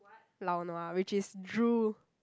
lao nua which is drool